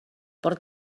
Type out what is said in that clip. per